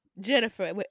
Jennifer